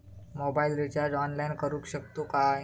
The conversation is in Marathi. मोबाईल रिचार्ज ऑनलाइन करुक शकतू काय?